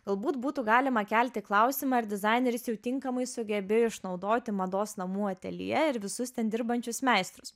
galbūt būtų galima kelti klausimą ar dizaineris jau tinkamai sugebėjo išnaudoti mados namų ateljė ir visus ten dirbančius meistrus